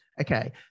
Okay